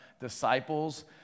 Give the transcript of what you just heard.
disciples